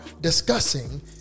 discussing